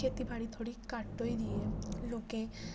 खेतीबाड़ी थोह्ड़ी घट्ट होई दी ऐ लोकें